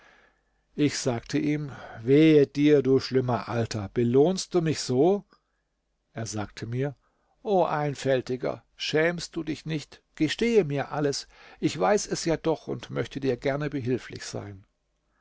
ich sagte ihm wehe dir du schlimmer alter belohnst du mich so er sagte mir o einfältiger schämst du dich nicht gestehe mir alles ich weiß es ja doch und möchte dir gerne behilflich sein